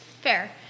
Fair